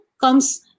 comes